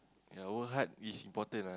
your old heart is important ah